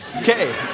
Okay